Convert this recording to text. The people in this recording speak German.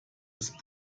ist